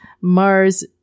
Mars